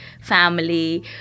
family